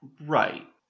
Right